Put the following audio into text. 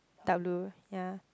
dark blue ya